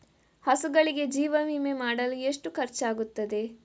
ಹಸುಗಳಿಗೆ ಜೀವ ವಿಮೆ ಮಾಡಲು ಎಷ್ಟು ಖರ್ಚಾಗುತ್ತದೆ?